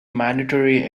mandatory